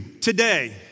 today